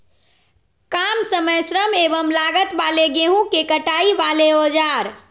काम समय श्रम एवं लागत वाले गेहूं के कटाई वाले औजार?